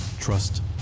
trust